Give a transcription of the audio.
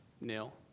nil